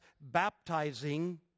baptizing